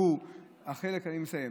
הערכי,